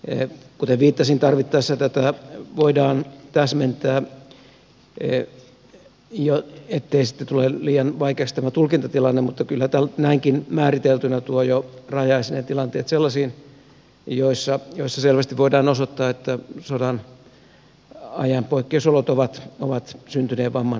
kuten viittasin tarvittaessa tätä voidaan täsmentää ettei sitten tule liian vaikeaksi tämä tulkintatilanne mutta kyllä näinkin määriteltynä tuo jo rajaisi ne tilanteet sellaisiin joissa selvästi voidaan osoittaa että sodan ajan poikkeusolot ovat syntyneen vamman syynä